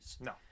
No